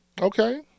Okay